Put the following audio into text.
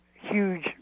huge